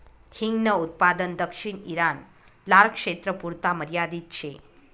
हिंगन उत्पादन दक्षिण ईरान, लारक्षेत्रपुरता मर्यादित शे